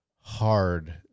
hard